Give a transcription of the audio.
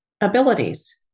abilities